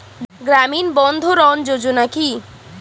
গ্রামীণ বন্ধরন যোজনা কি?